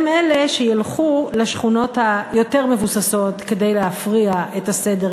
הם שילכו לשכונות היותר-מבוססות כדי להפריע את הסדר,